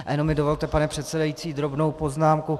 A jenom mi dovolte, pane předsedající, drobnou poznámku.